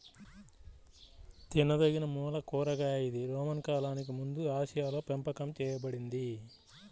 తినదగినమూల కూరగాయ ఇది రోమన్ కాలానికి ముందుఆసియాలోపెంపకం చేయబడింది